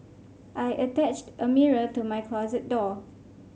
I attached a mirror to my closet door